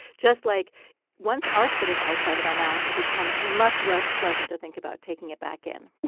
just like once our spit is outside of our mouth, it becomes much less pleasant to think about taking it back in